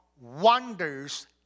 wonders